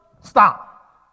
Stop